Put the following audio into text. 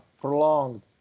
prolonged